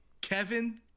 Kevin